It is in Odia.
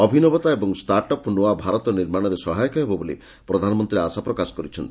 ଅଭିନବତା ଓ ଷ୍ଟାର୍ଟଅପ୍ ନୂଆ ଭାରତ ନିର୍ମାଣରେ ସହାୟକ ହେବ ବୋଲି ପ୍ରଧାନମନ୍ତ୍ରୀ ଆଶା ପ୍ରକାଶ କରିଛନ୍ତି